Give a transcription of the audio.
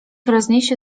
rozniesie